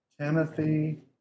Timothy